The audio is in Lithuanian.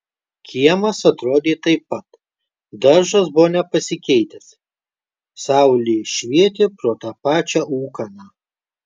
kiemas atrodė taip pat daržas buvo nepasikeitęs saulė švietė pro tą pačią ūkaną